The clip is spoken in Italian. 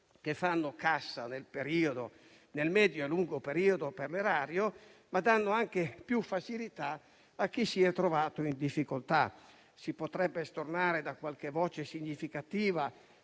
che fanno cassa nel medio-lungo periodo per l'erario, ma danno anche più facilità a chi si è trovato in difficoltà. Si potrebbero stornare da qualche voce significativa